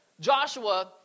Joshua